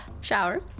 shower